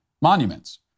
monuments